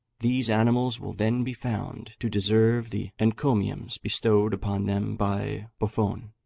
these animals will then be found to deserve the encomiums bestowed upon them by buffon,